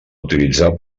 utilitzar